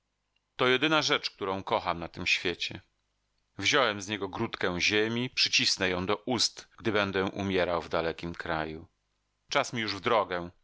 to jedyna rzecz którą kocham na tym świecie wziąłem z niego grudkę ziemi przycisnę ją do ust gdy będę umierał w dalekim kraju czas mi już w drogę